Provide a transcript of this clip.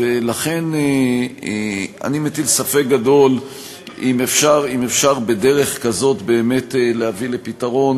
ולכן אני מטיל ספק גדול אם אפשר בדרך כזאת באמת להביא לפתרון,